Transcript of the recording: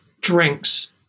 drinks